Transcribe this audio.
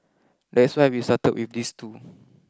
that's why we started with these two